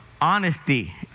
honesty